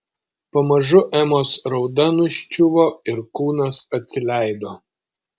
pamažu emos rauda nuščiuvo ir kūnas atsileido